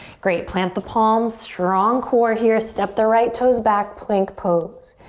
great, plant the palms. strong core here, step the right toes back, plank pose.